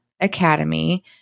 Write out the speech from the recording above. Academy